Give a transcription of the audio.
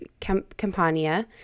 Campania